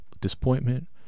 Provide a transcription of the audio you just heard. disappointment